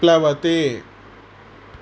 प्लवते